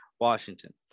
Washington